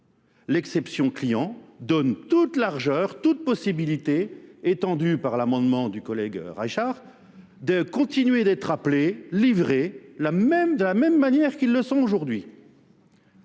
L'exception client donne toute largeur, toute possibilité, étendue par l'amendement du collègue Reichard, de continuer d'être appelé, livré, de la même manière qu'ils le sont aujourd'hui.